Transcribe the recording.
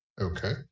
Okay